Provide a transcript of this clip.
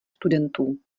studentů